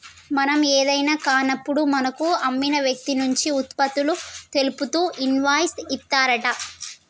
మనం ఏదైనా కాన్నప్పుడు మనకు అమ్మిన వ్యక్తి నుంచి ఉత్పత్తులు తెలుపుతూ ఇన్వాయిస్ ఇత్తారంట